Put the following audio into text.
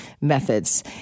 methods